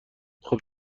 خوب